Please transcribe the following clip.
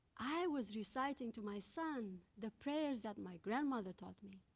i was reciting to my son the prayers that my grandmother taught me.